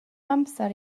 amser